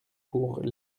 pour